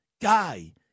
guy